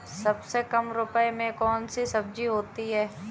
सबसे कम रुपये में कौन सी सब्जी होती है?